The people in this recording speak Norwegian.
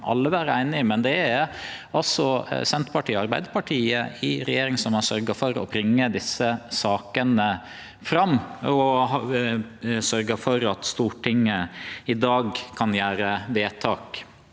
alle vere einige i, men det er altså Senterpartiet og Arbeidarpartiet i regjering som har sørgt for å bringe desse sakene fram, og sørgt for at Stortinget i dag kan gjere vedtak.